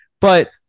but-